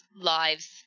lives